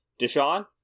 Deshaun